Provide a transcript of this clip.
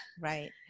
right